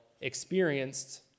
experienced